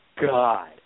God